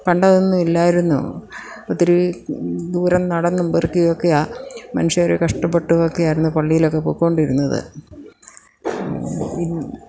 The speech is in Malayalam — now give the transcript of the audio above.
പണ്ട് അതൊന്നും ഇല്ലായിരുന്നു ഒത്തിരി ദൂരം നടന്നും പെറുക്കിയൊക്കെയാ മനുഷ്യർ കഷ്ടപ്പെട്ടുമൊക്കെ ആയിരുന്നു പള്ളിയിലൊക്കെ പൊക്കോണ്ടിരുന്നത്